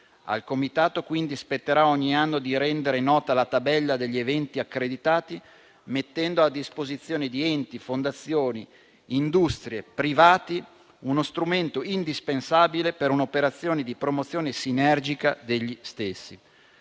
Al comitato, quindi, spetterà ogni anno di rendere nota la tabella degli eventi accreditati, mettendo a disposizione di enti, fondazioni, industrie e privati, uno strumento indispensabile per un'operazione di promozione sinergica degli stessi.